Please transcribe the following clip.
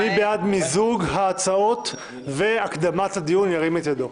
מי בעד מיזוג ההצעות והקדמת הדיון, ירים את ידו.